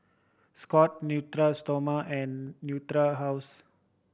Scott Natura Stoma and Natura House